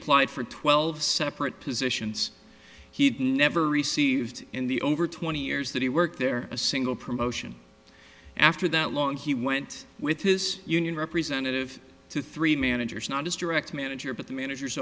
applied for twelve separate positions he'd never received in the over twenty years that he worked there a single promotion after that long he went with his union representative to three managers not his direct manager but the managers